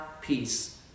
peace